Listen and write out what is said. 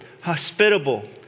hospitable